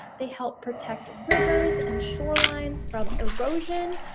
they help protect rivers and shorelines from erosion,